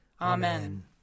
Amen